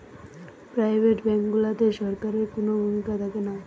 private bank গুলাতে সরকারের কুনো ভূমিকা থাকেনা